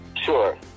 Sure